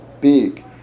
big